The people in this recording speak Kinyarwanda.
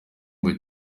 ngo